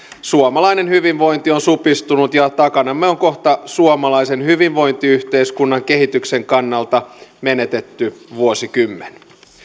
suomalainen hyvinvointi on supistunut ja takanamme on kohta suomalaisen hyvinvointiyhteiskunnan kehityksen kannalta menetetty vuosikymmen